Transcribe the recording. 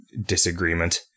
disagreement